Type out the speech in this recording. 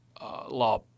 law